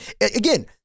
Again